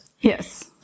Yes